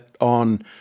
on